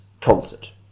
concert